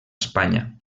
espanya